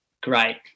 Great